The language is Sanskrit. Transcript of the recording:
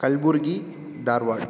कल्बुर्गी दारवाड्